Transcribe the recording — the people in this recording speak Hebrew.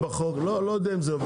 זה חשוב